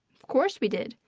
of course we did!